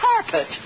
carpet